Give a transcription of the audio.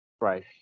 right